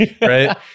right